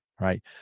Right